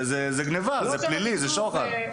זה גניבה, זה פלילי, זה שוחד.